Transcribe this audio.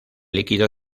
líquido